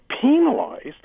penalized